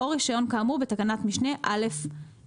או רישיון כאמור בתקנת משנה (א)(4).